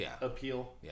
appeal